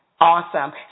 Awesome